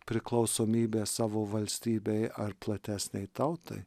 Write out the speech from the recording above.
priklausomybė savo valstybei ar platesnei tautai